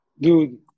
Dude